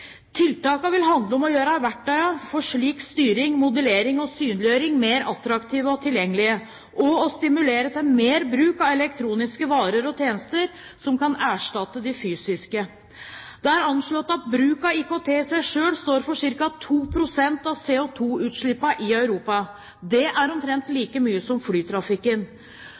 vil handle om å gjøre verktøyene for slik styring, modellering og synliggjøring mer attraktive og tilgjengelige, og å stimulere til mer bruk av elektroniske varer og tjenester som kan erstatte de fysiske. Det er anslått at bruk av IKT i seg selv står for ca. 2 pst. av CO2-utslippene i Europa. Det er omtrent like mye som flytrafikken.